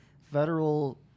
federal